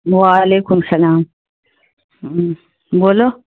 وعلیکم سلام بولو